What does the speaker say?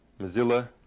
Mozilla